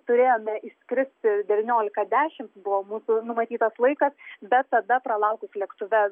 turėjome išskristi devyniolika dešimt buvo mūsų numatytas laikas bet tada pralaukus lėktuve